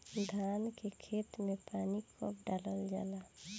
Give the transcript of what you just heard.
धान के खेत मे पानी कब डालल जा ला?